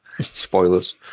Spoilers